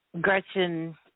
Gretchen